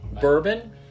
Bourbon